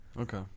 okay